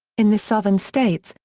in the southern states,